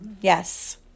Yes